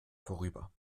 vorüber